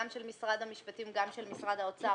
גם של משרד המשפטים וגם של משרד האוצר,